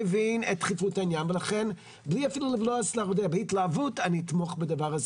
מבין את דחיפות העניין ולכן בהתלהבות אני אתמוך בדבר הזה